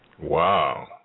Wow